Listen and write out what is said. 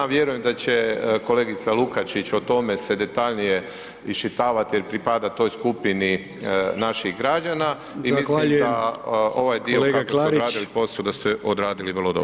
Vjerujem da će kolegica Lukačić o tome se detaljnije iščitavati jer pripada toj skupini naših građana i mislim da [[Upadica: Zahvaljujem kolega Klarić.]] ovaj dio kako ste odradili posao da ste odradili vrlo dobro.